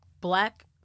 black